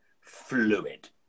fluid